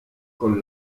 con